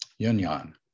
Yunyan